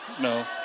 no